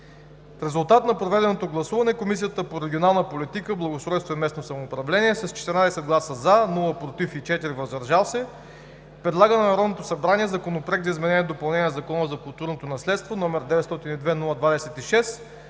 В резултат на проведеното гласуване Комисията по регионална политика, благоустройство и местно самоуправление с 14 гласа „за“, без „против“ и 4 гласа „въздържал се“ предлага на Народното събрание Законопроект за изменение и допълнение на Закона за културното наследство, № 902-01-26,